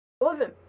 listen